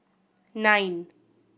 nine